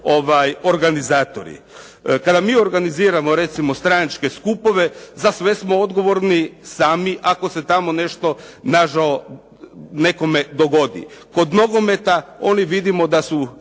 organizatori. Kada mi organiziramo recimo stranačke skupove za sve smo odgovorni sami ako se tamo nešto nažao nekome dogodi. Kod nogometa oni vidimo da su